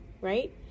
right